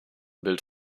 bild